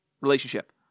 relationship